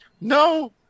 no